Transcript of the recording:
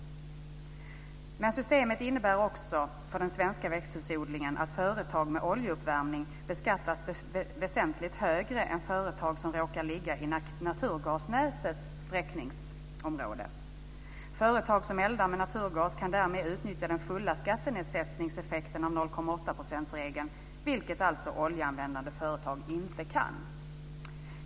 Men systemet innebär också för den svenska växthusodlingen att företag med oljeuppvärmning beskattas väsentligt högre än företag som råkar ligga inom naturgasnätets sträckningsområde. Företag som eldar med naturgas kan därmed utnyttja den fulla skattenedsättningseffekten av 0,8-procentsregeln, vilket alltså oljeanvändande företag inte kan.